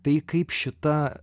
tai kaip šita